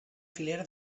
filera